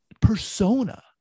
persona